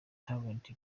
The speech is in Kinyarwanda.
talent